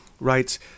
writes